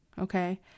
Okay